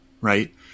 right